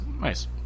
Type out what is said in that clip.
Nice